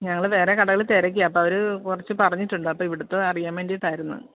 ഞങ്ങൾ വേറെ കടകളിൽ തിരക്കി അപ്പോൾ അവർ കുറച്ച് പറഞ്ഞിട്ടുണ്ട് അപ്പം ഇവിടത്തെ അറിയാൻ വേണ്ടിയിട്ടായിരുന്നു